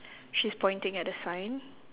she's pointing at the sign